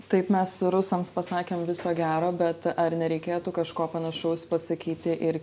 taip mes rusams pasakėm viso gero bet ar nereikėtų kažko panašaus pasakyti ir